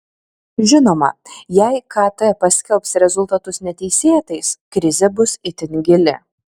žinoma jei kt paskelbs rezultatus neteisėtais krizė bus itin gili